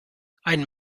ein